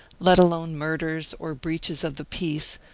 let alone murders or breaches of the peace,